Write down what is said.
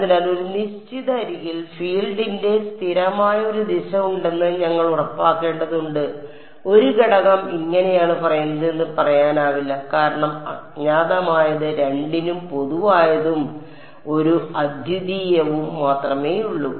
അതിനാൽ ഒരു നിശ്ചിത അരികിൽ ഫീൽഡിന്റെ സ്ഥിരമായ ഒരു ദിശ ഉണ്ടെന്ന് ഞങ്ങൾ ഉറപ്പാക്കേണ്ടതുണ്ട് 1 ഘടകം ഇങ്ങനെയാണ് പറയുന്നത് എന്ന് പറയാനാവില്ല കാരണം അജ്ഞാതമായത് രണ്ടിനും പൊതുവായതും ഒരു അദ്വിതീയവും മാത്രമേയുള്ളൂ